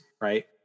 right